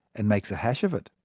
and makes a hash of it.